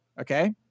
Okay